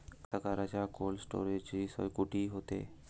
कास्तकाराइच्या कोल्ड स्टोरेजची सोय कुटी होते?